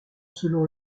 selon